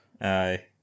Aye